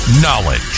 Knowledge